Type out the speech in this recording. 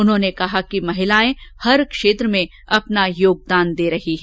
उन्होने कहा कि महिलायें हर क्षेत्र में अपना योगदान दे रही हैं